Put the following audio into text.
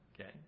Okay